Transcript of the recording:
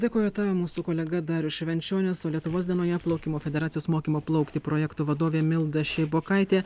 dėkoju tau mūsų kolega darius švenčionis o lietuvos dienoje plaukimo federacijos mokymo plaukti projektų vadovė milda šeibokaitė